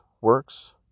works